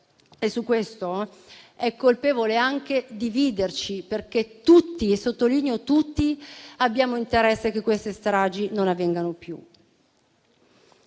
proposito, è colpevole anche dividerci, perché tutti - e sottolineo tutti - abbiamo interesse che queste stragi non avvengano più.